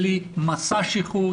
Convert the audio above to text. בלי מסע שחרור,